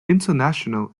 international